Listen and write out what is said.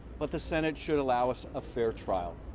but the senate should allow us a fair trial.